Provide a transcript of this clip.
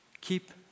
Keep